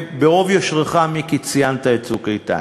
וברוב יושרך, מיקי, ציינת את "צוק איתן".